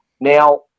Now